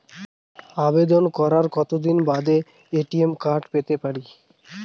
আবেদন করার কতদিন বাদে এ.টি.এম কার্ড পেতে পারি?